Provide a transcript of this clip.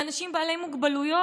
לאנשים בעלי מוגבלויות,